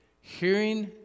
hearing